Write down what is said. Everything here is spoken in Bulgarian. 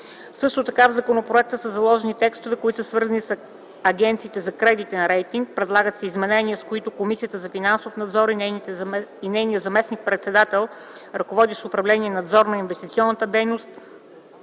Също така в законопроекта са заложени и текстове, които са свързани с агенциите за кредитен рейтинг. Предлагат се изменения, с които Комисията по финансов надзор и нейният заместник-председател – ръководещ Управление „Надзор на инвестиционната дейност”,